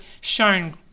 shown